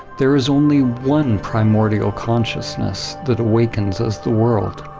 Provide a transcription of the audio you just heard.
there is only one primordial consciousness that awakens as the world